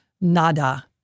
nada